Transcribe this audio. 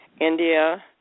India